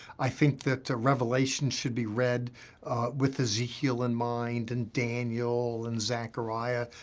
i think that ah revelation should be read with ezekiel in mind and daniel and zechariah.